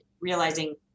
realizing